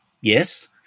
yes